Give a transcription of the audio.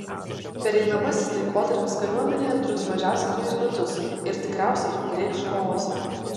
pereinamasis laikotarpis kariuomenėje truks mažiausiai dvejus metus ir tikriausiai reikš chaosą